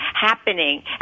happening